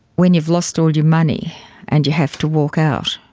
when you've lost all your money and you have to walk out.